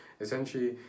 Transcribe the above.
Essentially